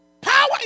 Power